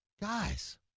Guys